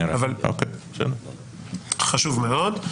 חשוב מאוד.